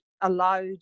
allowed